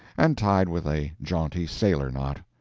and tied with a jaunty sailor knot,